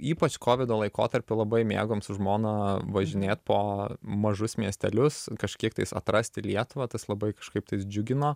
ypač kovido laikotarpiu labai mėgom su žmona važinėt po mažus miestelius kažkiek tais atrasti lietuvą tas labai kažkaip tais džiugino